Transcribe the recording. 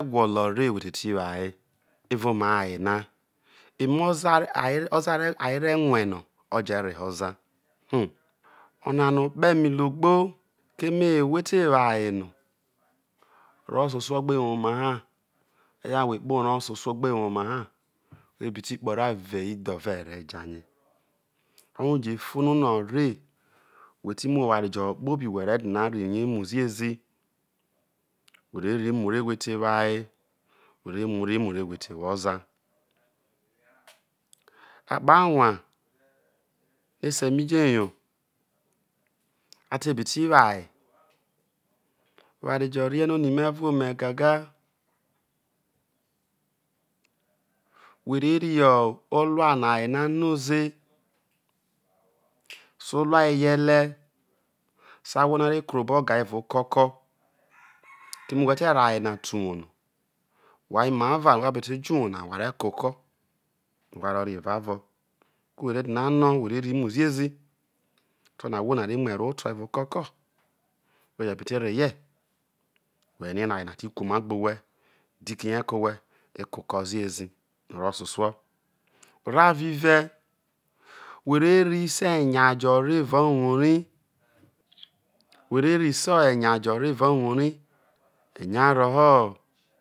gwolo re who te ti wo aye evao oma aye na e̱me o̱za aye oza re̱ aye re̱ rue no̱ oje reho oza itum onanayo okpeme logbo keme whe̱ te wo uye no o̱vo̱ ososuo gbe woma ha hayo ha whekpoho orroo ososuo̱ o gbe woma ha whe̱ bikpoho oro avive idhove e̱ re̱ jarie oye u je̱ fono no̱re wheti mu oware jo̱ kpobi ho̱ whe̱re̱ dina rri rie̱ mu ziezi where̱ rri mu re̱whete wo aye whe̱ re̱ rri mi re whe̱ to̱ wo o̱za okpo̱ anwae e̱se̱ mai je̱ yo a tebi ti wo aye oware jo̱ rie no̱ oni me̱ uve̱ ome̱ gaga whe̱re̱ rri olua no ayena no ze so olua eyele̱ so ahwo no̱ a re kro obo̱ ga evao o̱ko ko̱ keme whe̱ te̱ reho̱ ayena te uwor no whai imava ro̱ wha̱ be̱ te̱ jo̱ uwou na wha re ko̱ oko ro̱ wha ro̱ re̱ eva vo̱ ko̱ whe̱ re dina no̱, whe rerri mu zi ezi o̱terono̱ ohwo nare muerohoto evao oko̱ ko̱ whe̱ je̱ bete rehie whe̱re̱ rie̱ no̱ aye na biti kuomagbe owhe̱, dikihe, ke̱ owhe̱, ko̱ oko̱ zi ezi, oro o̱sosuo o̱ro̱ avo̱ ive̱ whe re rri so eyao je̱ rro̱ evao vioou rai, whe re̱ rri so̱ eyao jo̱ rro̱ evao, vioou rai eyao ro̱ho̱.